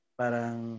parang